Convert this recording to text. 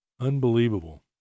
Unbelievable